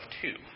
two